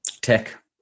Tech